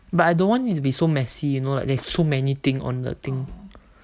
but I don't want it to be so messy like you know like there's so many things on the thing